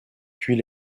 puis